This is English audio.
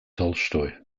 tolstoy